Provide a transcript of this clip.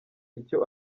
icyo